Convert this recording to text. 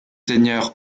seigneurs